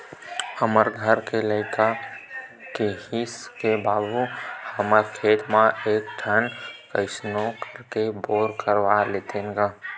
हमर घर के लइका किहिस के बाबू हमर खेत म एक ठन कइसनो करके बोर करवा लेतेन गा